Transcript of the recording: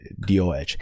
doh